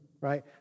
right